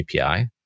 API